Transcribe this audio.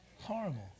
horrible